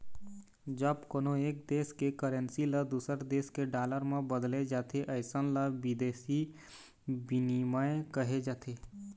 जब कोनो एक देस के करेंसी ल दूसर देस के डॉलर म बदले जाथे अइसन ल बिदेसी बिनिमय कहे जाथे